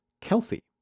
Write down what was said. Kelsey